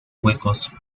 huecos